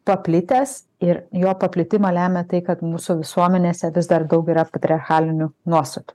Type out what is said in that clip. paplitęs ir jo paplitimą lemia tai kad mūsų visuomenėse vis dar daug yra patriarchalinių nuostatų